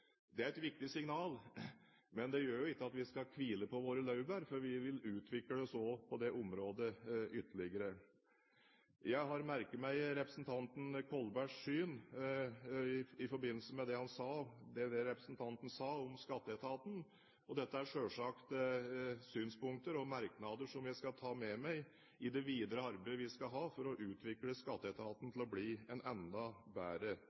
Det er et viktig signal, men det fører jo ikke til at vi skal hvile på våre laurbær, for vi vil utvikle oss ytterligere også på det området. Jeg har merket meg representanten Kolbergs syn i forbindelse med det representanten sa om skatteetaten. Dette er selvsagt synspunkter og merknader som jeg skal ta med meg i det videre arbeidet vi skal ha for å utvikle skatteetaten til å bli en enda bedre